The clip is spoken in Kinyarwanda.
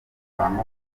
abantu